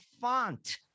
font